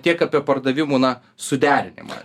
tiek apie pardavimų na suderinimą